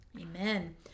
Amen